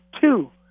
two